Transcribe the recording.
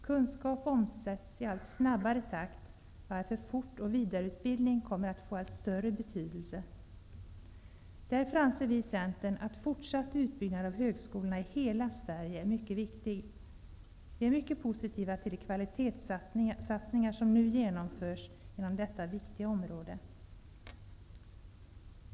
Kunskap omsätts i allt snabbare takt, varför fortoch vidareutbildning kommer att få allt större betydelse. Därför anser vi i Centern att fortsatt utbyggnad av högskolorna i hela Sverige är mycket viktig. Vi är mycket positiva till de kvalitetssatsningar som nu genomförs inom detta viktiga område.